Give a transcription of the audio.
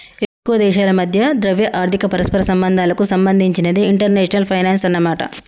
ఎక్కువ దేశాల మధ్య ద్రవ్య ఆర్థిక పరస్పర సంబంధాలకు సంబంధించినదే ఇంటర్నేషనల్ ఫైనాన్సు అన్నమాట